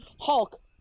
Hulk